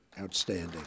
Outstanding